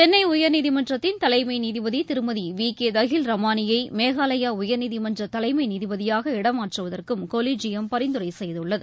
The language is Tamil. சென்னை உயர்நீதிமன்றத்தின் தலைமை நீதிபதி திருமதி வி கே தகில் ரமானியை மேகாலயா உயர்நீதிமன்ற தலைமை நீதிபதியாக இடமாற்றுவதற்கும் கொலிஜியம் பரிந்துரை செய்துள்ளது